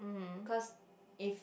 cause if